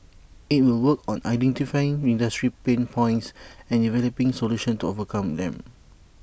IT will work on identifying industry pain points and developing solutions to overcome them